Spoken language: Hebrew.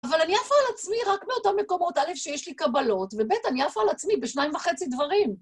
אבל אני עפה על עצמי רק מאותם מקומות, א' שיש לי קבלות, וב', אני עפה על עצמי בשניים וחצי דברים.